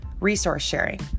resource-sharing